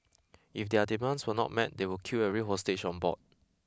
if their demands were not met they would kill every hostage on board